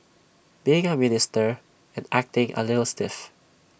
being A minister and acting A little stiff